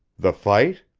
the fight?